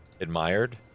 admired